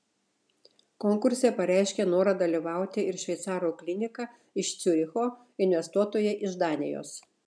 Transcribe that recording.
konkurse pareiškė norą dalyvauti ir šveicarų klinika iš ciuricho investuotojai iš danijos